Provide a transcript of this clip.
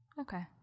Okay